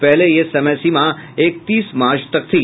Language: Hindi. पहले यह समयसीमा इकतीस मार्च तक थी